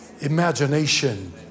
Imagination